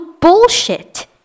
bullshit